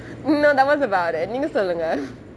no that was about it நீங்கே சொல்லுங்கே:neengae sollungae